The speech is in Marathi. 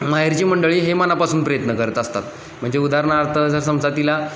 माहेरची मंडळी हे मनापासून प्रयत्न करत असतात म्हणजे उदाहरणार्थ जर समजा तिला